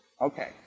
Okay